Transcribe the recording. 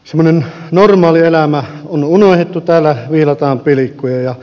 semmoinen normaali elämä on unohdettu täällä viilataan pilkkuja